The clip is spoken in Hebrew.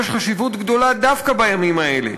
יש חשיבות גדולה דווקא בימים האלה,